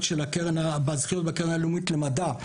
גם בזכיות בקרן הלאומית למדע.